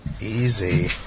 Easy